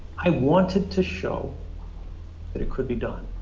i wanted to show that it could be done.